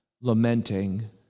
lamenting